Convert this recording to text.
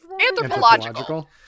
anthropological